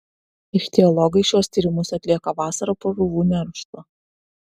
ichtiologai šiuos tyrimus atlieka vasarą po žuvų neršto